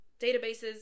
databases